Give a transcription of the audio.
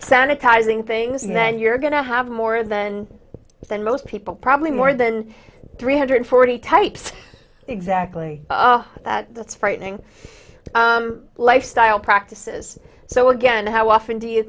sanitizing things and then you're going to have more than than most people probably more than three hundred forty types exactly that that's frightening lifestyle practices so again how often do you